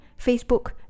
Facebook